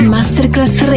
Masterclass